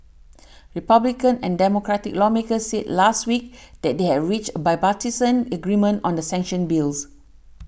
Republican and Democratic lawmakers said last week that they had reached a bipartisan agreement on the sanctions bills